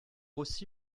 aussi